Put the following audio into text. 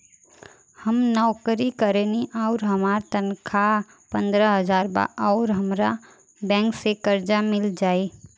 हम नौकरी करेनी आउर हमार तनख़ाह पंद्रह हज़ार बा और हमरा बैंक से कर्जा मिल जायी?